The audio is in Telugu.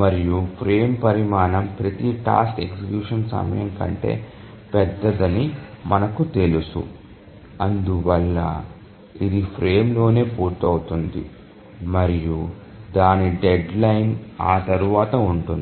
మరియు ఫ్రేమ్ పరిమాణం ప్రతి టాస్క్ ఎగ్జిక్యూషన్ సమయం కంటే పెద్దదని మనకు తెలుసు అందువల్ల ఇది ఫ్రేమ్లోనే పూర్తవుతుంది మరియు దాని డెడ్లైన్ ఆ తర్వాత ఉంటుంది